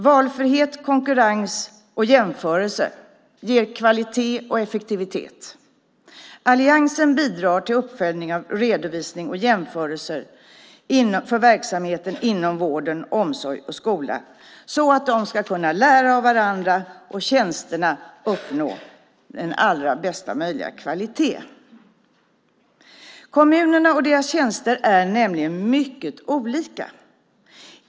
Valfrihet, konkurrens och jämförelser ger kvalitet och effektivitet. Alliansen bidrar till uppföljning av redovisning och jämförelser för verksamheter inom vård, omsorg och skola så att de ska kunna lära av varandra och tjänsterna uppnå den allra bästa möjliga kvaliteten. Kommunerna och deras tjänster är nämligen mycket olika.